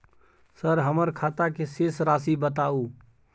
Sir हमर खाता के शेस राशि बताउ?